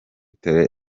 terre